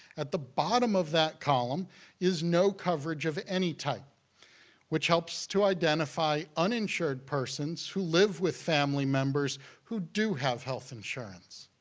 at the bottom of that column is no coverage of any type which helps to identify uninsured persons who live with family members who do have health insurance.